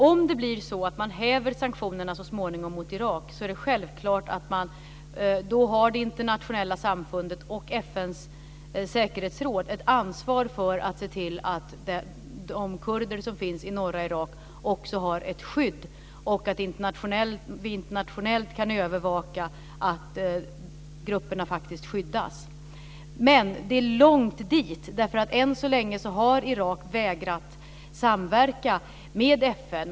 Om det blir så att man så småningom häver sanktionerna mot Irak, är det självklart att det internationella samfundet och FN:s säkerhetsråd har ett ansvar för att se till att de kurder som finns i norra Irak har ett skydd och att vi internationellt kan övervaka att grupperna faktiskt skyddas. Men det är långt dit, därför att än så länge har Irak vägrat att samverka med FN.